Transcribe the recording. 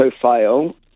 profile